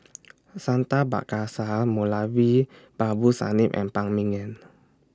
Santha Moulavi Babu Sahib and Phan Ming Yen